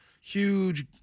huge